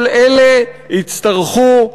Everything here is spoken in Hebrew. כל אלה יצטרכו,